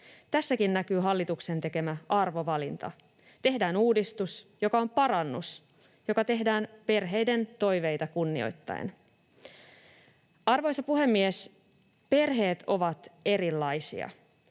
Tässäkin näkyy hallituksen tekemä arvovalinta. Tehdään uudistus, joka on parannus, joka tehdään perheiden toiveita kunnioittaen. Arvoisa puhemies! Perheet ovat erilaisia.